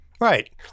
Right